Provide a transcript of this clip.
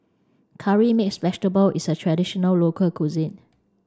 curry mixed vegetable is a traditional local cuisine